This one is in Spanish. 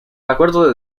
acuerdo